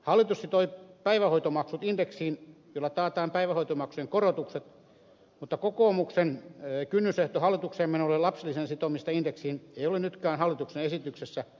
hallitus sitoi päivähoitomaksut indeksiin jolla taataan päivähoitomaksujen korotukset mutta kokoomuksen kynnysehtoa hallitukseen menolle lapsilisän sitomista indeksiin ei ole nytkään hallituksen esityksessä